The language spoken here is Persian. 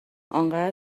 انقدر